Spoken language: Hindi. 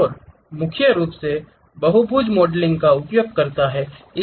और यह मुख्य रूप से बहुभुज मॉडलिंग का उपयोग करता है